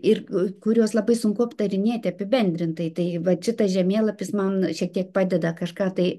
ir kuriuos labai sunku aptarinėti apibendrintai tai va šitas žemėlapis man šiek tiek padeda kažką tai